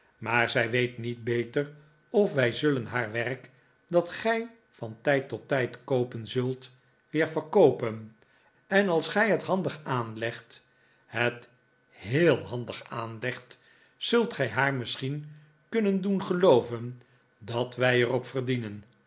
maar zij weet niet beter of wij zullen haar werk dat gij van tijd tot tijd koopen zult weer verkoopen en als gij net handig aanlegt het heel handig aanlegt zult gij haar misschien kunnen doen gelooven dat wij er op verdienen